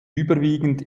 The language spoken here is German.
überwiegend